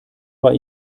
war